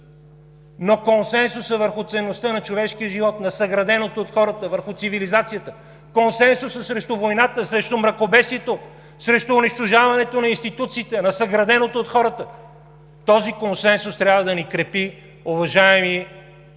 Но консенсусът за ценността на човешкия живот, на съграденото от хората, за цивилизацията, консенсусът срещу войната, срещу мракобесието, срещу унищожаването на институциите, на съграденото от хората – този консенсус трябва да ни крепи, уважаеми